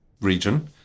region